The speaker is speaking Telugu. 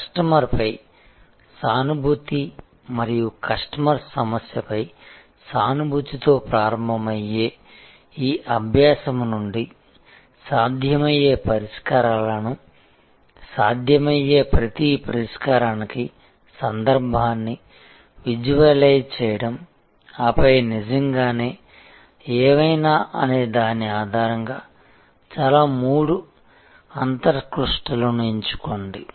png కస్టమర్పై సానుభూతి మరియు కస్టమర్ సమస్యపై సానుభూతితో ప్రారంభమయ్యే ఈ అభ్యాసము నుండి సాధ్యమయ్యే పరిష్కారాలను సాధ్యమయ్యే ప్రతి పరిష్కారానికి సందర్భాన్ని విజువలైజ్ చేయడం ఆపై నిజంగానే ఏవైనా అనే దాని ఆధారంగా చాలా మూడు అంతర్దృష్టులను ఎంచుకోండి